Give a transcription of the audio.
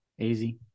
Easy